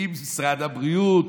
משרד הבריאות,